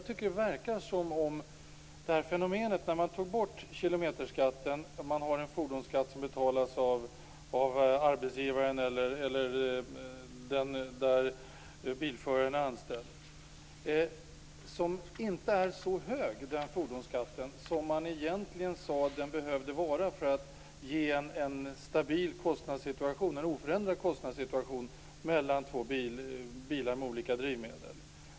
Fenomenet tycks vara att när kilometerskatten togs bort och fordonsskatten betalades av arbetsgivaren blev fordonsskatten inte så hög som den egentligen behövde vara för att få en stabil kostnadssituation mellan bilar som drivs med olika drivmedel.